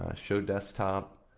show desktop.